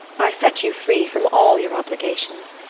i set you free from all your obligations.